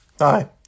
Hi